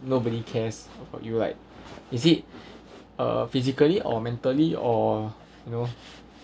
nobody cares about you like is it uh physically or mentally or you know